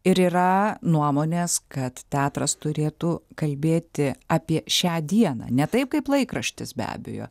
ir yra nuomonės kad teatras turėtų kalbėti apie šią dieną ne taip kaip laikraštis be abejo